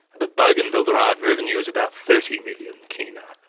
but bougainville derived revenue is about thirty million kina,